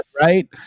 right